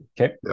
Okay